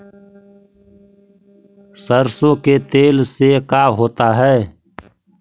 सरसों के तेल से का होता है?